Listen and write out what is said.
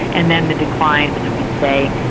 and then the decline between, say,